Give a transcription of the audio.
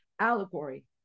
allegory